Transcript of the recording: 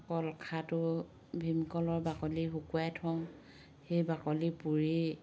কলখাৰটো ভীমকলৰ বাকলি শুকুৱাই থওঁ সেই বাকলি পুৰি